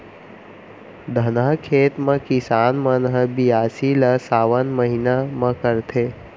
धनहा खेत म किसान मन ह बियासी ल सावन महिना म करथे